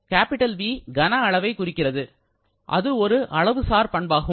'V'கன அளவை குறிக்கிறது அது ஒரு அளவுசார் பண்பாகும்